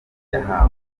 yahawe